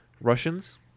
Russians